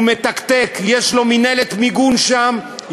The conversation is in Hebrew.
הוא מתקתק, יש לו מינהלת מיגון שם.